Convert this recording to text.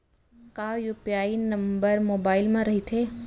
का UPI number mobile म रहिथे?